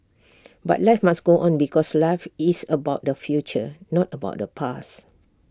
but life must go on because life is about the future not about the past